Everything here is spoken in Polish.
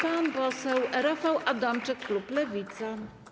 Pan poseł Rafał Adamczyk, klub Lewica.